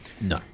No